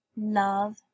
love